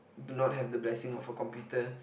do not have the blessing of a computer